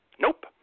nope